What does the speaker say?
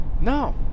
No